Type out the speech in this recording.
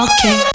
Okay